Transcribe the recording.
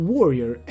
Warrior